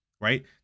Right